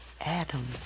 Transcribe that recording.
Adam